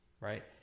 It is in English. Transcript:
Right